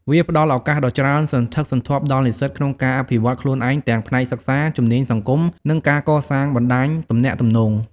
វាផ្តល់ឱកាសដ៏ច្រើនសន្ធឹកសន្ធាប់ដល់និស្សិតក្នុងការអភិវឌ្ឍន៍ខ្លួនឯងទាំងផ្នែកសិក្សា ជំនាញសង្គម និងការកសាងបណ្តាញទំនាក់ទំនង។